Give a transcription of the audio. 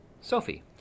Sophie